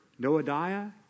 Noadiah